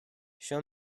show